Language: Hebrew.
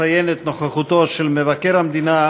מציין את נוכחותו של מבקר המדינה,